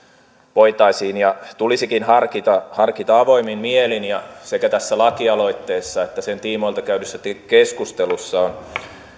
voitaisiin ja tulisikin harkita harkita avoimin mielin ja sekä tässä lakialoitteessa että sen tiimoilta käydyssä keskustelussa on jo